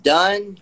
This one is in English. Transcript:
done